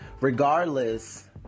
regardless